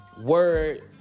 word